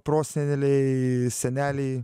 proseneliai seneliai